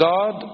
God